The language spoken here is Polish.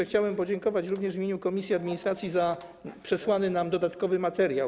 Chciałbym podziękować w imieniu komisji administracji za przesłany nam dodatkowy materiał.